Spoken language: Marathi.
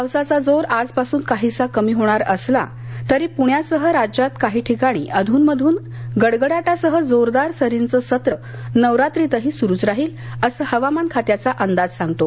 पावसाचा जोर आजपासून काहीसा कमी होणार असला तरी पुण्यासह राज्यात काही ठिकाणी अधुन मधून गडगडाटासह जोरदार सरींचं सत्र नवरात्रीतही सुरूच राहील असं हवामान खात्याचा अंदाज सांगतो